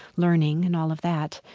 learning and all of that.